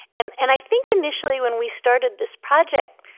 and and i think initially when we started this project,